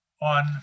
on